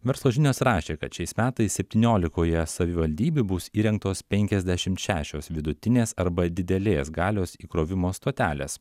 verslo žinios rašė kad šiais metais septyniolikoje savivaldybių bus įrengtos penkiasdešimt šešios vidutinės arba didelės galios įkrovimo stotelės